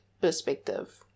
perspective